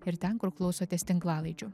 ir ten kur klausotės tinklalaidžių